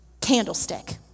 candlestick